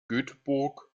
göteborg